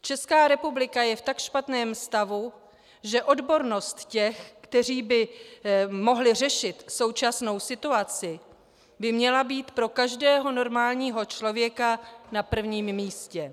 Česká republika je v tak špatném stavu, že odbornost těch, kteří by mohli řešit současnou situaci, by měla být pro každého normálního člověka na prvním místě.